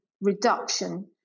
reduction